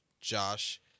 Josh